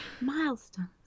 Milestones